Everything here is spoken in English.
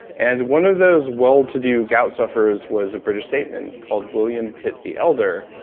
and one of those wellto-do gout sufferers was a british statement called william pitt, the elder,